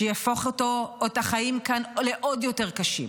שיהפוך אותו, או את החיים כאן, לעוד יותר קשים,